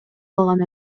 калган